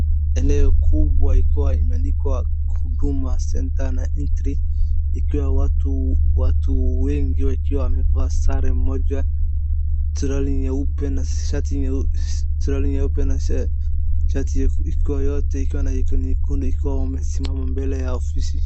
Eneo kubwa ikiwa imeandikwa Huduma Center na entry ikiwa watu wengi wakiwa wamevaa sare moja, suruali nyeupe na t-shirt nyeusi ikiwa iko nyekundu ikiwa wamesimama mbele ya ofisi.